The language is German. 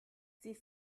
sie